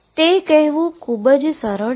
તે કહેવું ખૂબ જ સરળ છે